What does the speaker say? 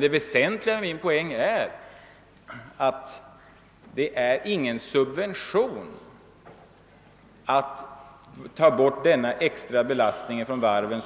Det väsentliga, och det som jag framför allt vill framhålla, är att det inte rör sig om någon subvention att ta bort en extra belastning för varven.